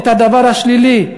את הדבר השלילי.